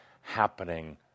happening